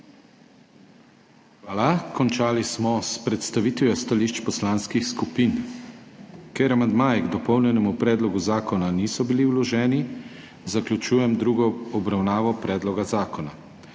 Hvala. Končali smo s predstavitvijo stališč poslanskih skupin. Ker amandmaji k dopolnjenemu predlogu zakona niso bili vloženi, zaključujem drugo obravnavo predloga zakona.